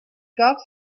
gough